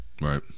Right